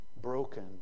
broken